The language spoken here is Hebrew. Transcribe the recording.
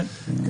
כן.